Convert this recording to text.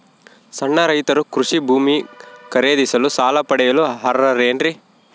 ಸಣ್ಣ ರೈತರು ಕೃಷಿ ಭೂಮಿ ಖರೇದಿಸಲು ಸಾಲ ಪಡೆಯಲು ಅರ್ಹರೇನ್ರಿ?